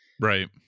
Right